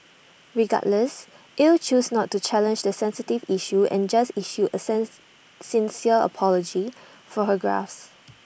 regardless Ell chose not to challenge the sensitive issue and just issued A sense sincere apology for her gaffes